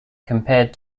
compared